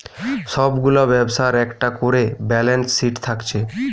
সব গুলা ব্যবসার একটা কোরে ব্যালান্স শিট থাকছে